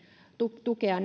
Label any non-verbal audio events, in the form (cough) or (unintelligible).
tukea (unintelligible)